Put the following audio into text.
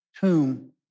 tomb